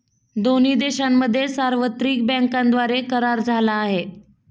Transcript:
दोन्ही देशांमध्ये सार्वत्रिक बँकांद्वारे करार झाला आहे